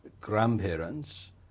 grandparents